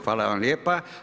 Hvala vam lijepa.